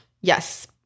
Yes